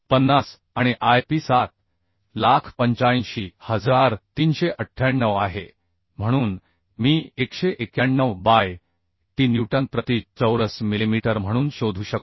50 आणि Ip 785398 आहे म्हणून मी 191 बाय t न्यूटन प्रति चौरस मिलिमीटर म्हणून शोधू शकतो